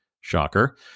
Shocker